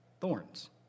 thorns